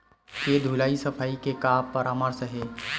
के धुलाई सफाई के का परामर्श हे?